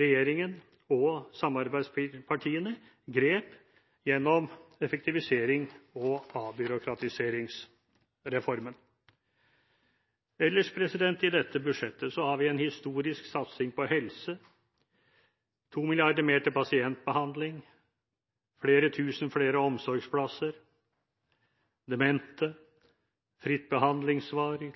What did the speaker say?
regjeringen og samarbeidspartiene grep gjennom effektivisering og avbyråkratiseringsreformen. Ellers i dette budsjettet har vi en historisk satsing på helse: 2 mrd. kr mer til pasientbehandling, flere tusen flere omsorgsplasser, aktivitetsplasser for demente, fritt behandlingsvalg,